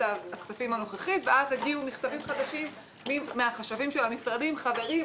הכספים הנוכחית ואז הגיעו מכתבים חדשים מהחשבים של המשרדים: חברים,